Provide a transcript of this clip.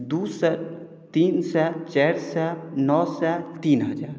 दू सए तीन सए चारि सए नओ सए तीन हजार